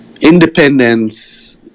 Independence